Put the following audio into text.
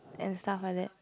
and stuff like that